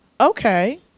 okay